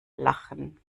lachen